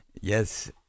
Yes